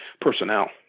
personnel